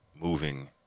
moving